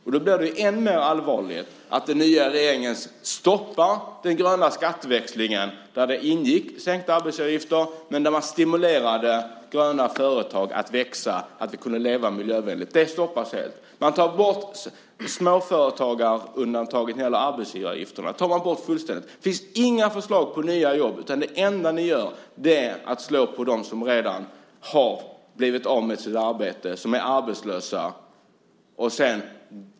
Därför känns det ännu mer allvarligt när den nya regeringen stoppar den gröna skatteväxlingen där det ingick sänkta arbetsgivaravgifter och där man stimulerade gröna företag att växa så att vi ska kunna leva miljövänligt. Det stoppas helt. Småföretagarundantaget vad gäller arbetsgivaravgifterna tas bort helt. Det finns inga förslag om nya jobb. Det enda ni gör är att slå på dem som redan blivit av med sina arbeten, på dem som är arbetslösa.